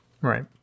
Right